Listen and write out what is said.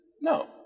no